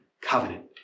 covenant